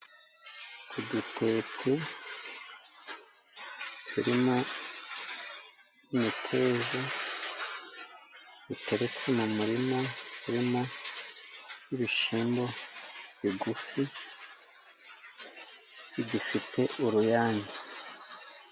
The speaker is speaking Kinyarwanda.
Uduteti turimo imiteja, duteretse mu murima urimo ibishimbo bigufi gifite uruyange.